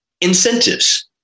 incentives